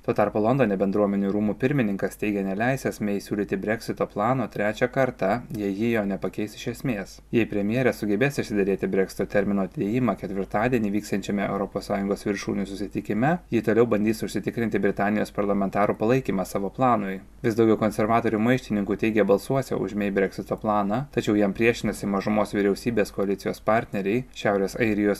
tuo tarpu londone bendruomenių rūmų pirmininkas teigė neleisiąs mei siūlyti breksito plano trečią kartą jei ji jo nepakeis iš esmės jei premjerė sugebės išsiderėti breksito termino atidėjimą ketvirtadienį vyksiančiame europos sąjungos viršūnių susitikime ji toliau bandys užsitikrinti britanijos parlamentarų palaikymą savo planui vis daugiau konservatorių maištininkų teigė balsuosią už mei breksito planą tačiau jam priešinasi mažumos vyriausybės koalicijos partneriai šiaurės airijos